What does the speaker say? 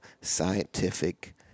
scientific